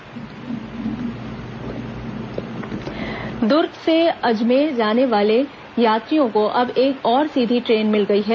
Ajmer train Durg से अजमेर जाने वाले यात्रियों को अब एक और सीधी ट्रेन मिल गई है